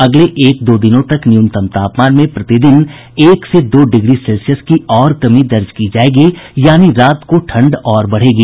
अगले एक दो दिनों तक न्यूनतम तापमान में प्रतिदिन एक से दो डिग्री सेल्सियस की और कमी दर्ज की जायेगी यानी रात को ठंड और बढ़ेगी